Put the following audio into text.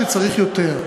שצריך יותר.